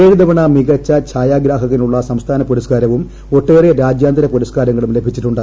ഏഴ് തവണ മികച്ചു ഛായാഗ്രാഹകനുള്ള സംസ്ഥാന പുരസ്ക്കാരവും ഒട്ടേറെ രാജ്യാന്തര പുരസ്ക്കാരങ്ങളും ലഭിച്ചിട്ടുണ്ട്